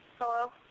Hello